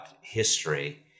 history